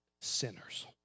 sinners